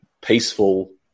peaceful